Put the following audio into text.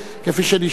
כפי שנשאלים.